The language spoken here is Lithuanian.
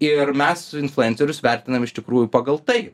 ir mes influencerius vertinam iš tikrųjų pagal tai